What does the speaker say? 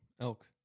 elk